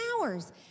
hours